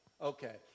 Okay